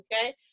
okay